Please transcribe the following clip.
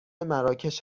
مراکش